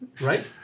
right